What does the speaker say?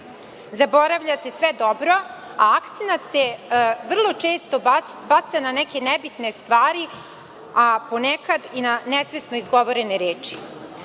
Zaboravlja se sve dobro, a akcenat se vrlo često baca na neke nebitne stvari, a ponekad i na nesvesno izgovorene reči. Ovom